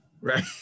Right